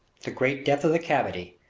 the great depth of the cavity,